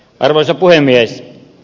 arvoisa puhemies